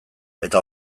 eta